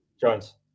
Jones